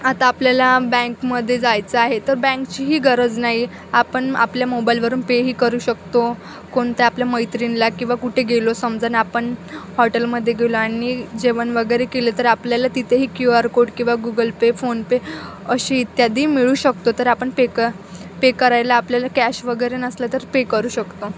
आता आपल्याला बँकमध्ये जायचं आहे तर बँकचीही गरज नाही आपण आपल्या मोबाईलवरून पेही करू शकतो कोणत्या आपल्या मैत्रीणीला किंवा कुठे गेलो समजा आणि आपण हॉटेलमध्ये गेलो आणि जेवण वगैरे केलं तर आपल्याला तिथेही क्यू आर कोड किंवा गुगल पे फोन पे अशी इत्यादी मिळू शकतो तर आपण पे क पे करायला आपल्याला कॅश वगैरे नसलं तर पे करू शकतो